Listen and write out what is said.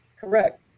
Correct